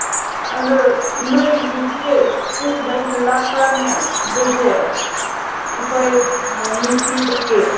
ꯑꯗꯨ ꯅꯣꯏꯗꯒꯤ ꯁ꯭ꯀꯨꯜꯗꯒꯤ ꯂꯥꯞꯄ꯭ꯔꯅꯦ ꯑꯗꯨꯗꯤ ꯑꯩꯈꯣꯏ ꯃꯦꯁꯀꯤꯗꯒꯤ